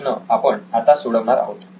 हा प्रश्न आपण आत्ता सोडणार आहोत